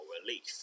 relief